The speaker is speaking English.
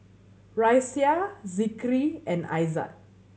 Raisya Zikri and Aizat